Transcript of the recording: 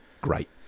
Great